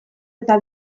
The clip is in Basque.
eta